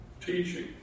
teaching